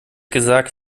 gesagt